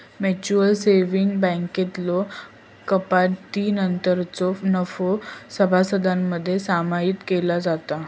mutual savings बँकेतलो कपातीनंतरचो नफो सभासदांमध्ये सामायिक केलो जाता